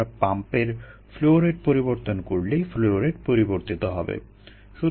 আমরা পাম্পের flow rate পরিবর্তন করলেই ফ্লো রেট পরিবর্তিত হবে